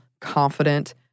confident